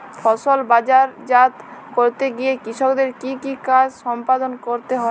ফসল বাজারজাত করতে গিয়ে কৃষককে কি কি কাজ সম্পাদন করতে হয়?